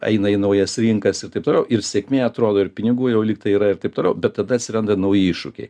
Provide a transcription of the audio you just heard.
eina į naujas rinkas ir taip toliau ir sėkmė atrodo ir pinigų jau lyg tai yra ir taip toliau bet tada atsiranda nauji iššūkiai